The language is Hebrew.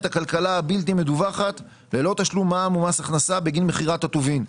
הכלכלה הבלתי מדווחת ללא תשלום מע"מ או מס הכנסה בגין מכירת הטובין.